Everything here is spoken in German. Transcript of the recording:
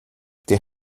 der